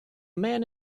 man